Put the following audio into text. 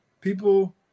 people